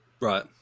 Right